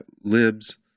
libs